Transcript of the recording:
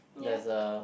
there's a